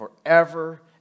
forever